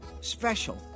Special